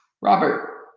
Robert